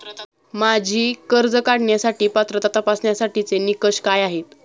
माझी कर्ज काढण्यासाठी पात्रता तपासण्यासाठीचे निकष काय आहेत?